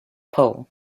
pole